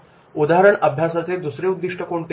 उदाहरण अभ्यासाचे दुसरे उद्दिष्ट कोणते